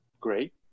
great